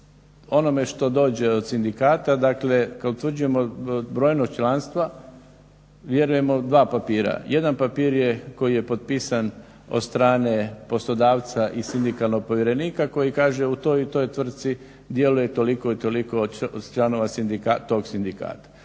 onome što dođe od sindikata. Dakle, kad utvrđujemo brojnost članstva vjerujemo u dva papira. Jedan papir je koji je potpisan od strane poslodavca i sindikalnog povjerenika koji kaže u toj i toj tvrtci djeluje toliko i toliko članova tog sindikata.